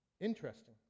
interesting